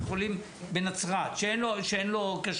בית חולים בנצרת שאין לו כשרות,